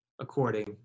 according